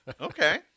Okay